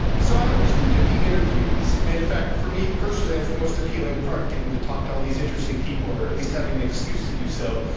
so i always knew there'd be interviews. and in fact, for me, personally that's the most appealing part, getting to talk to all these interesting people or at least having an excuse to do so.